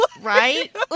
Right